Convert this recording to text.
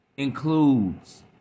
Includes